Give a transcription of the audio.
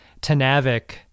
tanavik